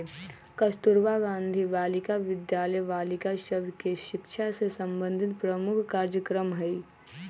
कस्तूरबा गांधी बालिका विद्यालय बालिका सभ के शिक्षा से संबंधित प्रमुख कार्जक्रम हइ